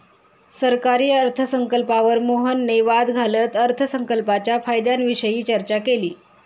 सरकारी अर्थसंकल्पावर मोहनने वाद घालत अर्थसंकल्पाच्या फायद्यांविषयी चर्चा केली